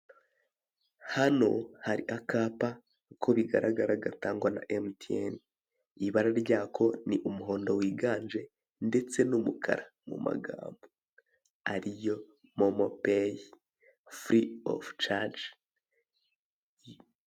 Hano hari akapa uko bigaragara gatangwa na emutiyeni ibara ryako ni umuhondo wiganje ndetse n'umukara mu magambo ari yo momopeyi furi ofu caji.